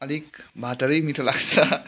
अलिक भातहरू नै मिठो लाग्छ